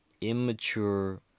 immature